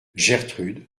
gertrude